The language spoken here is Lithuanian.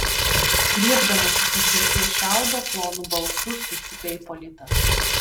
griebdamasis už vilties šiaudo plonu balsu sucypė ipolitas